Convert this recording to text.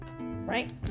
right